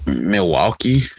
Milwaukee